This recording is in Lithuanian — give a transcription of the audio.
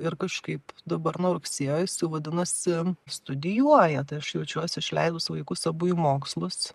ir kažkaip dabar nuo rugsėjo jis jau vadinasi studijuoja tai aš jaučiuos išleidus vaikus abu į mokslus